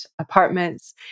apartments